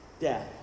death